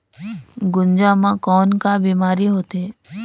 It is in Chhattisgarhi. गुनजा मा कौन का बीमारी होथे?